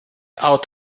out